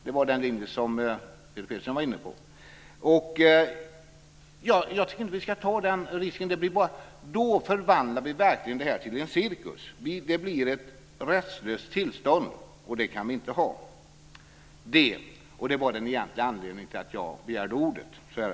Det var den linje som Peter Pedersen var inne på. Jag tycker inte att vi ska ta den risken. Då förvandlar vi verkligen detta till en cirkus. Det blir ett rättslöst tillstånd, och det kan vi inte ha. Punkten D var den egentliga anledningen till att jag begärde ordet.